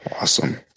Awesome